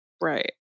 Right